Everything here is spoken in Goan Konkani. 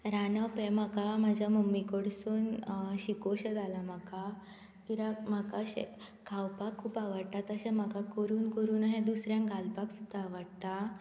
रांदप हे म्हाका म्हाज्या मम्मी कडसून शिकों शे जाला म्हाका कित्याक म्हाका अशें खावपाक खूब आवडटा तशें म्हाका करून करून अहे दुसऱ्यांक घालपाक सुद्दां आवडटा